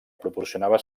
proporcionava